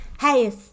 hey